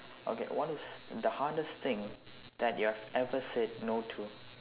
okay what is the hardest thing that you've ever said no to